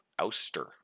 ouster